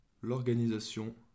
l'organisation